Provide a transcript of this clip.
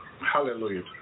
Hallelujah